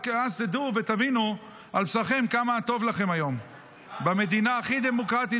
כי רק אז תדעו ותבינו על בשרכם כמה טוב לכם היום במדינה הכי דמוקרטית